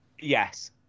Yes